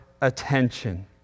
attention